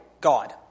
God